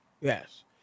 yes